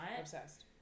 Obsessed